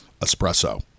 Espresso